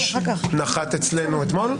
נחת אצלנו אתמול.